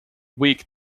weak